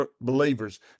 believers